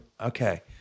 okay